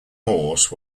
horse